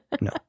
No